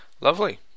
lovely